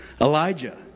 Elijah